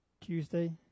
Tuesday